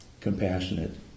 compassionate